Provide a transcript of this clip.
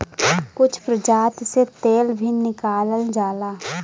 कुछ प्रजाति से तेल भी निकालल जाला